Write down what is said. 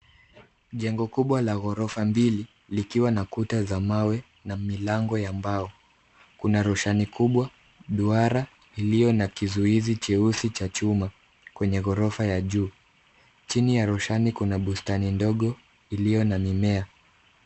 Jengo kubwa la ghorofa mbili, likiwa na kuta za mawe na milango ya mbao. Kuna roshani kubwa duara iliyo na kizuizi cheusi cha chuma kwenye ghorofa ya juu. Chini ya roshani kuna bustani ndogo iliyo na mimea.